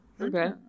okay